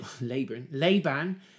Laban